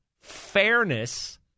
fairness